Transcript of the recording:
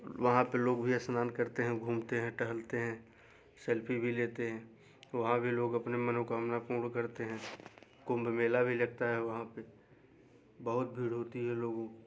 वहाँ पे लोग भी स्नान करते हैं घूमते हैं टहलते हैं सेल्फी भी लेते हैं वहाँ भी लोग अपनी मनोकामना पूर्ण करते हैं कुंभ मेला भी लगता है वहाँ पे बहुत भीड़ होती है लोगों की